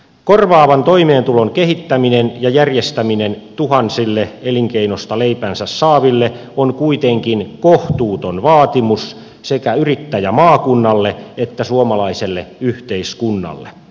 korvaavan toimeentulon kehittäminen ja järjestäminen tuhansille elinkeinosta leipänsä saaville on kuitenkin kohtuuton vaatimus sekä yrittäjämaakunnalle että suomalaiselle yhteiskunnalle